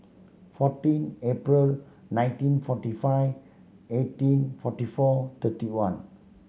fourteen April nineteen forty five eighteen forty four thirty one